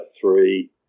three –